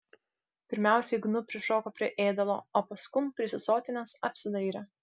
pirmiausiai gnu prišoko prie ėdalo o paskum prisisotinęs apsidairė